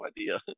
idea